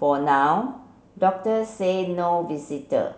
for now doctor say no visitor